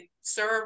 serve